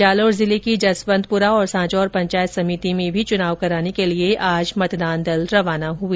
जालौर जिले की जसवंतपुरा और सांचौर पंचायत समिति में भी चुनाव कराने के लिए आज मतदान दल रवाना हुए